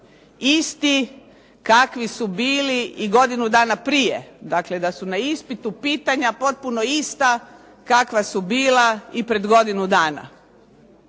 isti kakvi su bili i godinu dana prije, dakle da su na ispitu pitanja potpuno ista kakva su bila i pred godinu dana,